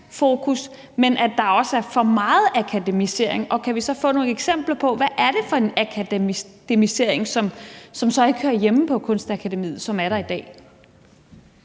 men at der også er for meget akademisering – og kan vi så få nogle eksempler på, hvad det er for en akademisering, som er der i dag, og som så ikke hører hjemme på Kunstakademiet? Kl. 20:18 Tredje